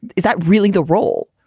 is that really the role?